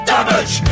Damage